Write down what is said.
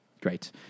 Great